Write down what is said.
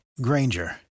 Granger